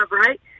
right